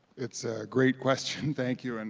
it's a great question. thank you, and